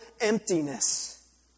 emptiness